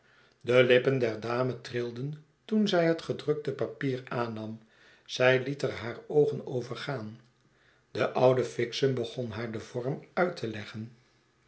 de lippen der dame trilden toen zij het gedrukte stuk papier aannam zij liet er haar oogen over gaan de oude fixem begon haar den vorm uit te leggen